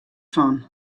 fan